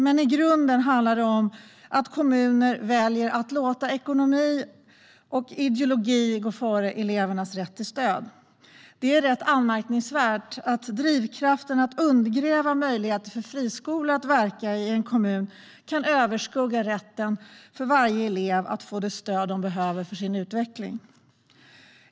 Men i grunden handlar det om att kommuner väljer att låta ekonomi och ideologi gå före elevernas rätt till stöd. Det är rätt anmärkningsvärt att drivkraften att undergräva möjligheterna för friskolor att verka i en kommun kan överskugga rätten för varje elev att få det stöd som han eller hon behöver för sin utveckling.